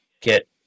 get